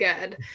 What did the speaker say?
good